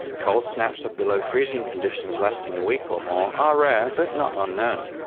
cold snaps of below freezing conditions lasting a week or more are rare but not unknown.